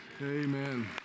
Amen